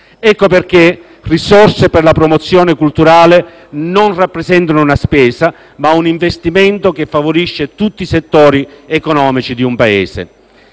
Ecco perché le risorse per la promozione culturale rappresentano non una spesa, ma un investimento che favorisce tutti i settori economici di un Paese.